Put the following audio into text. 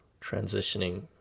transitioning